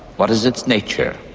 what is its nature,